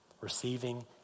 Receiving